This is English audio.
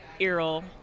Earl